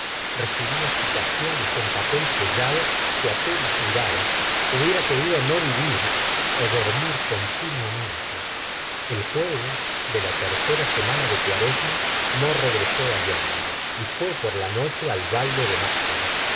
recibia citaciones en papel sellado que apenas miraba hubiera querido no vivir ó dormir continuamente el jueves de la tercera semana de cuaresma no regresó á yonville y fué por la noche al baile de máscaras